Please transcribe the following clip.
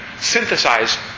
synthesize